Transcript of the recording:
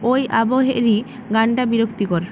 ওই আবহেরি গানটা বিরক্তিকর